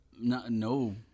no